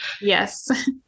Yes